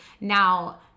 now